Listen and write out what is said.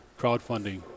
crowdfunding